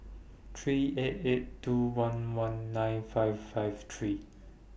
three eight eight two one one nine five five three